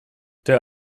der